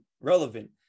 relevant